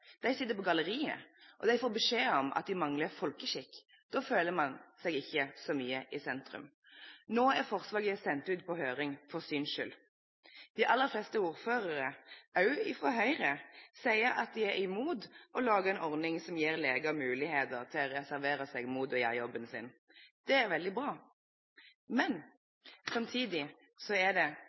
De sitter på galleriet, og de får beskjed om at de mangler folkeskikk. Da føler man seg ikke så mye i sentrum. Nå er forslaget sendt ut på høring – for syns skyld. De aller fleste ordførere, også fra Høyre, sier at de er imot å lage en ordning som gir leger muligheter til å reservere seg mot å gjøre jobben sin. Det er veldig bra. Men samtidig er det